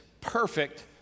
perfect